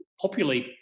populate